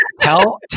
tell